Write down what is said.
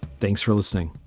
thanks for listening